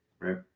right